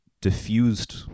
diffused